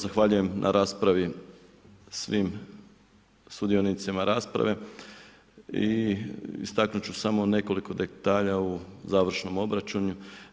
Zahvaljujem na raspravi svim sudionicima rasprave i istaknuti ću samo nekoliko detalja u završnom obračunu.